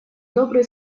добрые